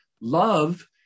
Love